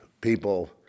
People